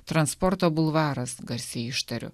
transporto bulvaras garsiai ištariu